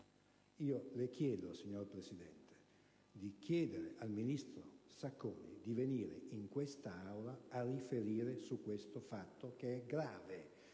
La esorto, signor Presidente, a chiedere al ministro Sacconi di venire in Aula a riferire su questo fatto, che è grave,